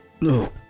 No